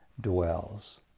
dwells